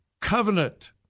covenant